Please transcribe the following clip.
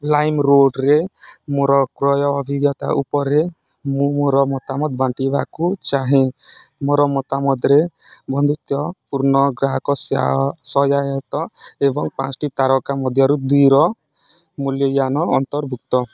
ଲାଇମରୋଡ଼୍ରେ ମୋର କ୍ରୟ ଅଭିଜ୍ଞତା ଉପରେ ମୁଁ ମୋର ମତାମତ ବାଣ୍ଟିବାକୁ ଚାହେଁ ମୋର ମତାମତରେ ବନ୍ଧୁତ୍ୱପୂର୍ଣ୍ଣ ଗ୍ରାହକ ସହାୟତ ଏବଂ ପାଞ୍ଚଟି ତାରକା ମଧ୍ୟରୁ ଦୁଇର ମୂଲ୍ୟାୟାନ ଅନ୍ତର୍ଭୁକ୍ତ